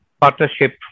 partnership